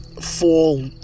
fall